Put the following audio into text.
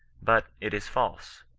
but it is false,